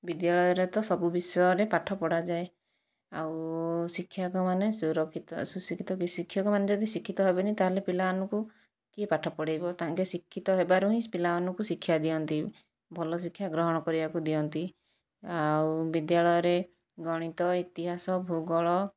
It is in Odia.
ବିଦ୍ୟାଳୟରେ ତ ସବୁ ବିଷୟରେ ପାଠ ପଢ଼ାଯାଏ ଆଉ ଶିକ୍ଷକମାନେ ସୁରକ୍ଷିତ ଶୁଶିକ୍ଷିତ ଶିକ୍ଷକମାନେ ଯଦି ଶିକ୍ଷିତ ହେବେନି ତା'ହେଲେ ପିଲାମାନଙ୍କୁ କିଏ ପାଠ ପଢ଼ାଇବ ତାଙ୍କେ ଶିକ୍ଷିତ ହେବାରୁ ହିଁ ପିଲାମାନଙ୍କୁ ଶିକ୍ଷା ଦିଅନ୍ତି ଭଲ ଶିକ୍ଷା ଗ୍ରହଣ କରିବାକୁ ଦିଅନ୍ତି ଆଉ ବିଦ୍ୟାଳୟରେ ଗଣିତ ଇତିହାସ ଭୂଗୋଳ